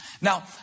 Now